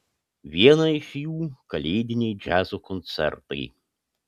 vieną iš jų kalėdiniai džiazo koncertai